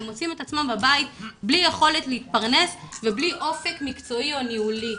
הם מוצאים את עצמם בבית בלי יכולת להתפרנס ובלי אופק מקצועי או ניהולי.